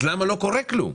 אז למה לא קורה כלום?